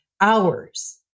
hours